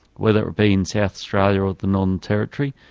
whether it be in south australia or the northern territory,